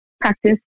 practice